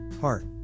heart